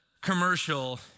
commercial